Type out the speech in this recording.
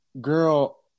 girl